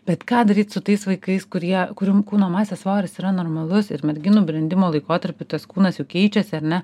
bet ką daryt su tais vaikais kurie kurių kūno masės svoris yra normalus ir merginų brendimo laikotarpiu tas kūnas juk keičiasi ar ne